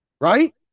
right